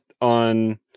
on